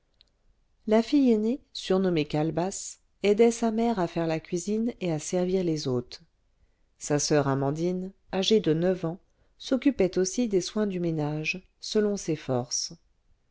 la fille aînée surnommée calebasse aidait sa mère à faire la cuisine et à servir les hôtes sa soeur amandine âgée de neuf ans s'occupait aussi des soins du ménage selon ses forces